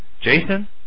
Jason